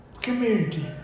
community